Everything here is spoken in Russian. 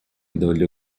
для